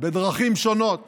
בדרכים שונות